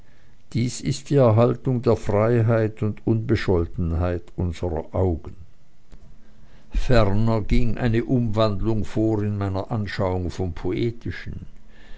dies ist die erhaltung der freiheit und unbescholtenheit unserer augen ferner ging eine umwandlung vor in meiner anschauung vom poetischen